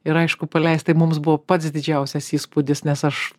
ir aišku paleist tai mums buvo pats didžiausias įspūdis nes aš